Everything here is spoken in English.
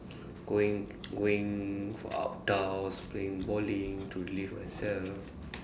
going going for up down playing bowling to live